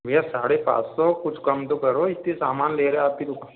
भैया साढ़े पाँच सौ कुछ कम तो करो इतने सामान ले रहे आपकी दुकान